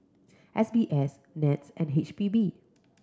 S B S NETS and H P B